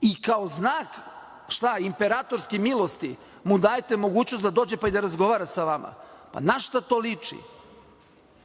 i kao znak, šta, imperatorske milosti mu dajete mogućnost da dođe, pa i da razgovara sa vama. Pa, na šta to liči?